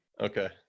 Okay